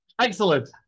excellent